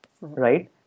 right